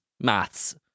Maths